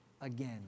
again